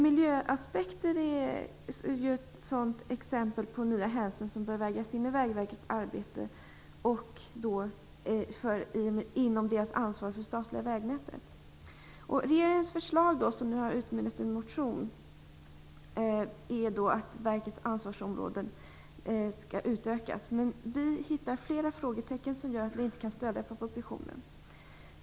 Miljöaspekter är ett sådant exempel på nya hänsyn som bör vägas in i Vägverkets arbete, och då inom Vägverkets ansvar för det statliga vägnätet. Regeringens förslag, som har utmynnat i en proposition, är att verkets ansvarsområden skall utökas. Men vi hittar flera frågetecken som gör att vi inte kan stödja propositionen.